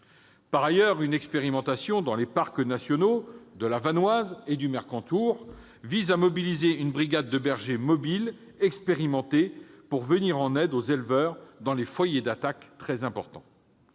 Par ailleurs, une expérimentation menée dans les parcs nationaux de la Vanoise et du Mercantour vise à mobiliser une brigade de bergers mobiles expérimentés pour venir en aide aux éleveurs dans les foyers d'attaque les plus importants.